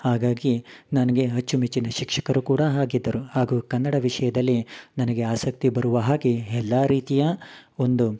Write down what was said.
ಹಾಗಾಗಿ ನನಗೆ ಅಚ್ಚುಮೆಚ್ಚಿನ ಶಿಕ್ಷಕರು ಕೂಡ ಆಗಿದ್ದರು ಹಾಗು ಕನ್ನಡ ವಿಷಯದಲ್ಲಿ ನನಗೆ ಆಸಕ್ತಿ ಬರುವ ಹಾಗೆ ಎಲ್ಲಾ ರೀತಿಯ ಒಂದು